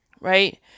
right